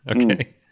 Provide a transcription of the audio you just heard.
Okay